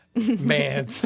man